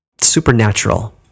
supernatural